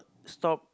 stop